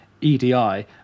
EDI